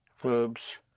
verbs